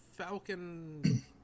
Falcon